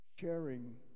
sharing